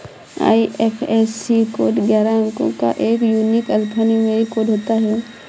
IFSC code ग्यारह अंको का एक यूनिक अल्फान्यूमैरिक कोड होता है